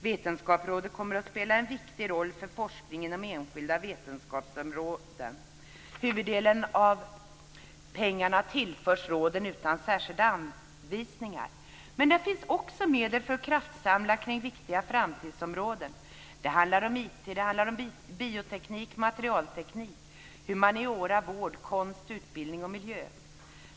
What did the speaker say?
Vetenskapsrådet kommer att en viktig roll för forskningen inom enskilda vetenskapsområden. Huvuddelen av pengarna tillförs råden utan särskilda anvisningar. Men där finns också medel för att kraftsamla kring viktiga framtidsområden. Det handlar om IT, bioteknik, materialteknik, humaniora, vård, konst, utbildning och miljö.